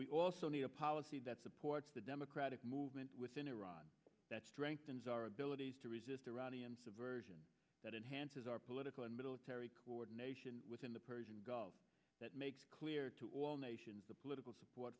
we also need a policy that supports the democratic movement within iran that strengthens our abilities to resist iranian subversion that enhances our political and military coordination within the persian gulf that makes clear to all nations the political support